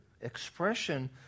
expression